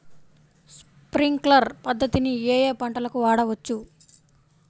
Sprinkler పద్ధతిని ఏ ఏ పంటలకు వాడవచ్చు?